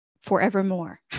forevermore